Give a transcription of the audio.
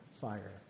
fire